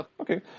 Okay